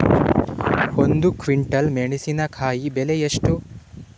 ಒಂದು ಕ್ವಿಂಟಾಲ್ ಮೆಣಸಿನಕಾಯಿ ಬೆಲೆ ಎಷ್ಟು?